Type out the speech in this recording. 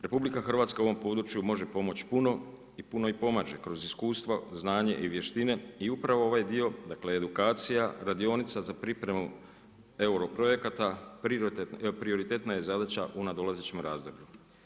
RH u ovom području može pomoći puno i puno i pomaže kroz iskustva, znanja i vještine i upravo ovaj dio, dakle, edukacija radionica za pripremu euro projekta prioritetna je zadaća u nadolazećim razdobljima.